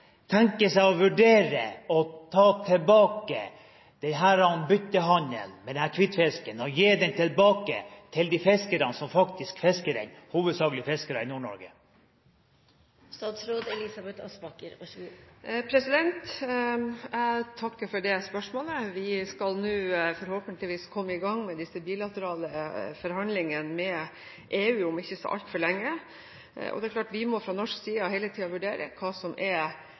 tenke seg å vurdere å ta tilbake denne byttehandelen med hvitfisken og gi den tilbake til de fiskerne som faktisk fisker den, hovedsakelig fiskere i Nord-Norge? Jeg takker for det spørsmålet. Vi skal forhåpentligvis komme i gang med de bilaterale forhandlingene med EU om ikke så altfor lenge. Det er klart at vi fra norsk side hele tida må vurdere hva som er